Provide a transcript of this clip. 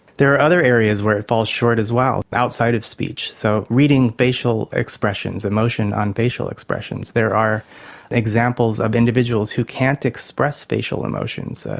there are other areas where it falls short as well, outside of speech. so reading facial expressions, emotion on facial expressions, there are examples of individuals who can't express facial emotions,